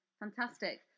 Fantastic